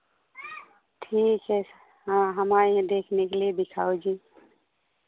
ठीक है हँ हम आएंगे देखने के लिए दिखाओ जी